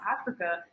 Africa